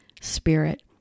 Spirit